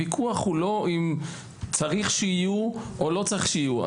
הוויכוח הוא לא אם צריך שיהיו או לא צריך שיהיו.